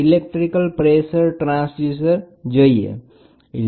electrical pressure transducer એ અદ્યતન છે જે આપણે જોઈશુ